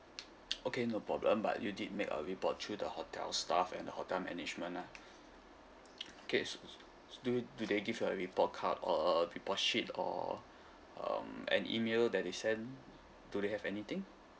okay no problem but you did make a report through the hotel staff and the hotel management lah okay do do they give you a report card uh report sheet or um an email that they sent do they have anything